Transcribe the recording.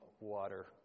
water